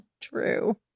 True